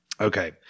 okay